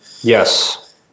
Yes